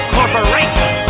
corporation